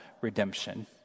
redemption